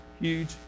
huge